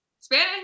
Spanish